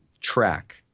track